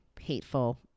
hateful